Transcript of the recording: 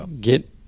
get